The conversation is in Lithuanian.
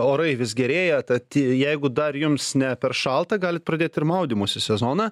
orai vis gerėja tad jeigu dar jums ne per šalta galit pradėti ir maudymosi sezoną